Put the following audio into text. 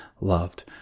loved